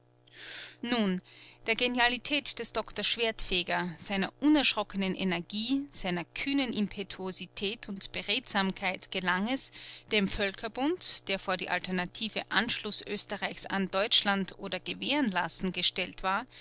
nun der genialität des doktor schwertfeger seiner unerschrockenen energie seiner kühnen impetuosität und beredsamkeit gelang es dem völkerbund der vor die alternative anschluß oesterreichs an deutschland oder gewährenlassen gestellt war